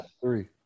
three